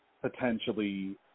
potentially